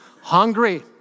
Hungry